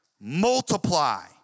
multiply